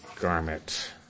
garment